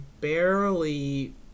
barely